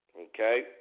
Okay